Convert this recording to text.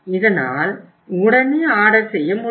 இதனால் உடனே ஆர்டர் செய்ய முடியும்